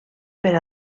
per